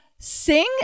Sing